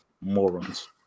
Morons